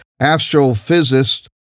astrophysicist